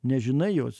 nežinai jos